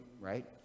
right